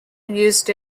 used